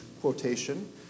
quotation